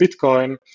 Bitcoin